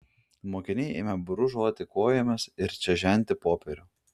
mokiniai ėmė brūžuoti kojomis ir čežinti popierių